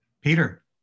Peter